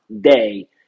day